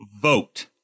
vote